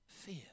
fear